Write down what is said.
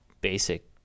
basic